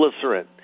glycerin